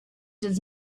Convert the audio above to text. does